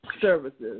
services